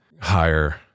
higher